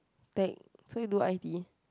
take so you do I_T